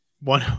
One